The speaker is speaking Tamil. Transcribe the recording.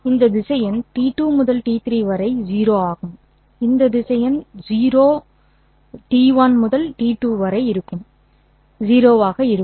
இந்த திசையன் t2 முதல் t3 வரை 0 ஆகும் இந்த திசையன் 0 முதல் t1 முதல் t2 வரை 0 ஆக இருக்கும்